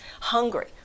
hungry